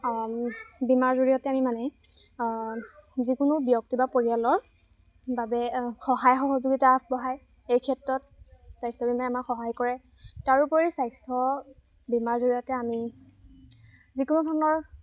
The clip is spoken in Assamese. বীমাৰ জৰিয়তে আমি মানে যিকোনো ব্যক্তি বা পৰিয়ালৰ বাবে সহায় সহযোগিতা আগবঢ়ায় এই ক্ষেত্ৰত স্বাস্থ্য বীমায়ে আমাক সহায় কৰে তাৰোপৰি স্বাস্থ্য বীমাৰ জৰিয়তে আমি যিকোনো ধৰণৰ